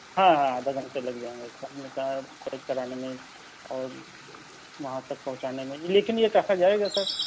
ہاں ہاں آدھے گھنٹے لگ جائیں گے پیک کرانے میں اور وہاں تک پہنچانے میں لیکن یہ کہاں جائے گا سر